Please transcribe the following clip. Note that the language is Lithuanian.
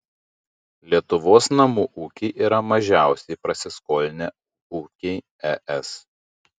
lietuvos namų ūkiai yra mažiausiai prasiskolinę ūkiai es